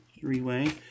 three-way